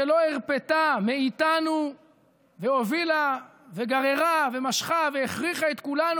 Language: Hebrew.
שלא הרפתה מאיתנו והובילה וגררה ומשכה והכריחה את כולנו,